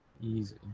Easy